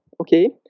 Okay